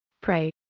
Pray